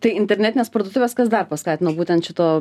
tai internetinės parduotuvės kas dar paskatino būtent šito